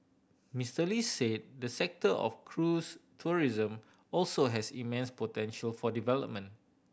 Mister Lee said the sector of cruise tourism also has immense potential for development